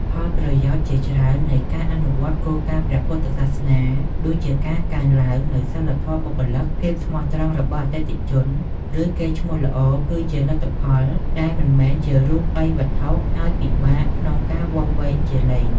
ផលប្រយោជន៍ជាច្រើននៃការអនុវត្តគោលការណ៍ព្រះពុទ្ធសាសនា ដូចជាការកើនឡើងនូវសីលធម៌បុគ្គលិក ភាពស្មោះត្រង់របស់អតិថិជន ឬកេរ្តិ៍ឈ្មោះល្អ គឺជា លទ្ធផលដែលមិនមែនជារូបិយវត្ថុ ហើយពិបាកក្នុងការវាស់វែងជាលេខ។